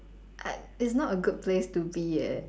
uh it's not a good place to be eh